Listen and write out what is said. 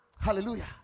Hallelujah